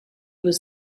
was